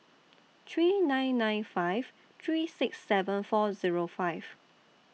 three nine nine five three six seven four Zero five